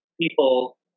people